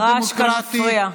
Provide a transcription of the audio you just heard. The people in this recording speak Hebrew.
הרעש כאן מפריע.